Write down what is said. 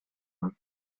him